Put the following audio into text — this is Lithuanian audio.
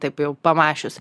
taip jau pamąsčius